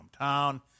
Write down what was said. hometown